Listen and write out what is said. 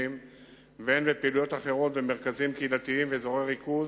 והן פעילויות במרכזים קהילתיים ובאזורי ריכוז